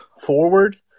forward